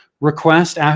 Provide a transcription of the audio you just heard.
request